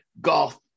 golf